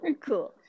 cool